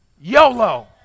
YOLO